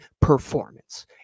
performance